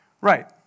Right